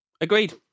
Agreed